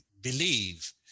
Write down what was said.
believe